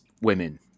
women